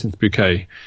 Bouquet